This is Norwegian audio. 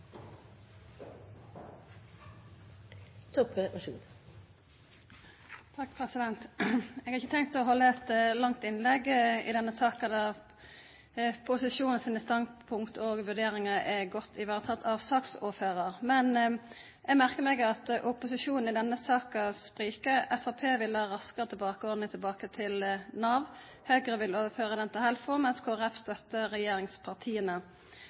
Jeg har ikke tenkt å holde et langt innlegg i denne saken da posisjonens standpunkt og vurderinger er godt ivaretatt av saksordføreren. Men jeg merker meg at opposisjonen i denne saken spriker. Fremskrittspartiet vil ha Raskere tilbake-ordningen tilbake til Nav, Høyre vil overføre den til HELFO, mens Kristelig Folkeparti støtter regjeringspartiene.